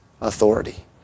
authority